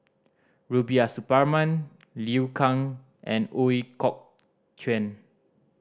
Rubiah Suparman Liu Kang and Ooi Kok Chuen